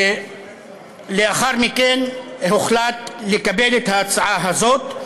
לאחר מכן, הוחלט לקבל את ההצעה הזאת,